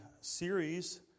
series